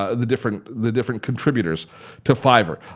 ah the different the different contributors to fiverr.